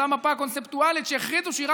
אותה מפה קונספטואלית שהחליטו שהיא רק